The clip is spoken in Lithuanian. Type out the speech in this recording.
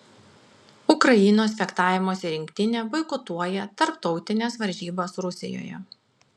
ukrainos fechtavimosi rinktinė boikotuoja tarptautines varžybas rusijoje